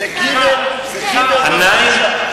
זה גימ"ל לא דגושה.